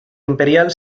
imperial